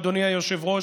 אדוני היושב-ראש,